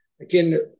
Again